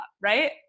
right